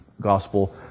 gospel